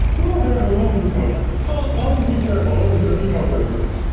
woo there's a little bit of smoke, oh, i'll just be careful. i'll just get a few more places.